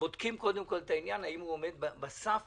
בודק קודם כל האם הוא עומד בסף